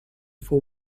for